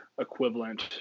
equivalent